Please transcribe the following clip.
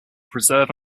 preserve